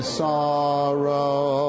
sorrow